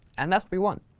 and that's what we want.